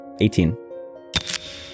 18